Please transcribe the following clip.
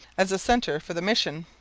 as a centre for the mission.